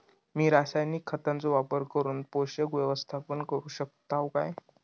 मी रासायनिक खतांचो वापर करून पोषक व्यवस्थापन करू शकताव काय?